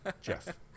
Jeff